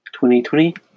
2020